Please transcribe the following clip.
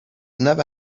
never